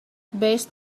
based